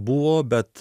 buvo bet